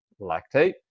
lactate